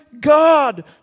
God